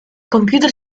computer